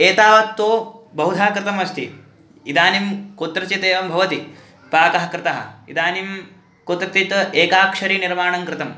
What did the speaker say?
एतावत्तु बहुधा कृतमस्ति इदानीं कुत्रचित् एवं भवति पाकः कृतः इदानीं कुत्रचित् एकाक्षरीनिर्माणं कृतं